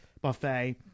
buffet